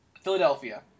Philadelphia